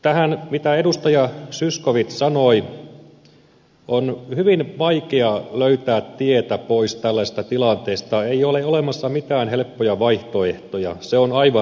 tämä mitä edustaja zyskowicz sanoi että on hyvin vaikea löytää tietä pois tällaisesta tilanteesta ei ole olemassa mitään helppoja vaihtoehtoja on aivan oikein